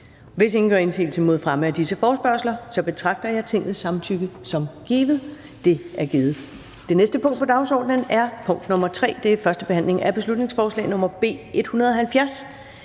Hvis ingen gør indsigelse mod fremme af disse forespørgsler, betragter jeg Tingets samtykke som givet. Det er givet. --- Det næste punkt på dagsordenen er: 3) 1. behandling af beslutningsforslag nr. B 170: